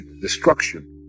destruction